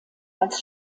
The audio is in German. als